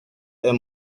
est